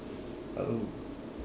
hello